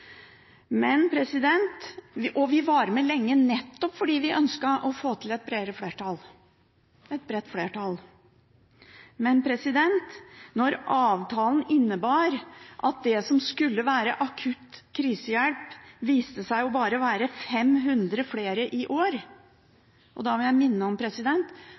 Vi var med lenge, nettopp fordi vi ønsket å få til et bredt flertall. Men når avtalen innebar at det som skulle være akutt krisehjelp, viste seg å gjelde bare 500 flere i år, vil jeg minne om